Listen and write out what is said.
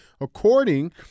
according